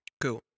Cool